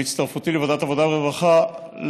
בהצטרפותי לוועדת העבודה והרווחה,